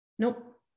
Nope